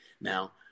Now